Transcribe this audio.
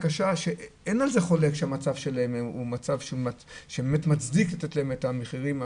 קשה ואין חולק שמצבן מצדיק לתת להם את המחירים המסובסדים,